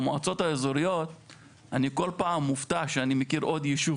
במועצות האזוריות אני כל פעם מופתע שאני מכיר עוד ישוב,